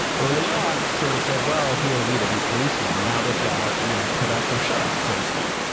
early on, it sort of said, well, who are we to be policemen? and now, they've got a you know put up or shut up so to speak.